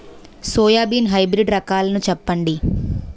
Soybean hybrid రకాలను చెప్పండి?